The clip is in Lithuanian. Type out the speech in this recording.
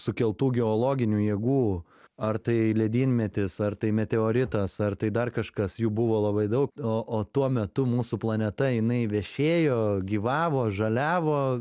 sukeltų geologinių jėgų ar tai ledynmetis ar tai meteoritas ar tai dar kažkas jų buvo labai daug o o tuo metu mūsų planeta jinai vešėjo gyvavo žaliavo